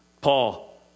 Paul